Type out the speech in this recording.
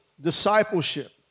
discipleship